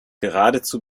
geradezu